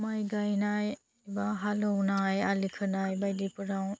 माय गायनाय बा हालेवनाय आलि खोनाय बायदिफोराव